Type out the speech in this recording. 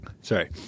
Sorry